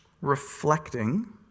reflecting